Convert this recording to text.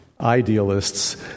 idealists